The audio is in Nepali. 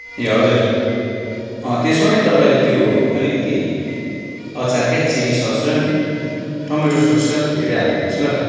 ए हजुर अँ त्यसमा नि तपाईँले त्यो अलिकति अचार क्या चिल्ली सस् र नि टमेटो सस् चाहिँ अलिक धेरै हालिदिनुहोस् ल